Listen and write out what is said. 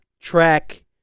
track